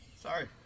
Sorry